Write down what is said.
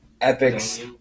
epics